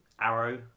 Arrow